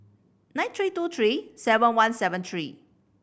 nine three two three seven one seven three